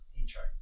intro